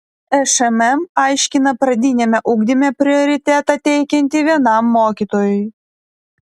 šmm aiškina pradiniame ugdyme prioritetą teikianti vienam mokytojui